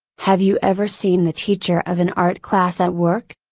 have you ever seen the teacher of an art class at work?